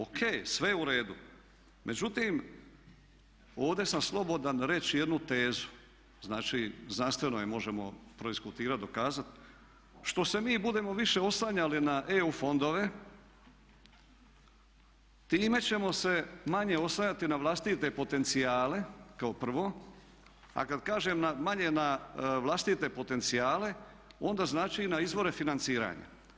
O.K, sve je u redu, međutim, ovdje sam slobodan reći jednu tezu, znači znanstveno je možemo prodiskutirati, dokazati, što se mi budemo više oslanjali na EU fondove time ćemo se manje oslanjati na vlastite potencijale kao prvo a kada kažem manje na vlastite potencijale, onda znači i na izvore financiranja.